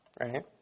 Right